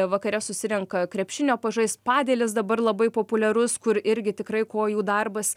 vakare susirenka krepšinio pažaist padelis dabar labai populiarus kur irgi tikrai kojų darbas